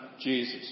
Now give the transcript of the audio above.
Jesus